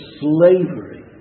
slavery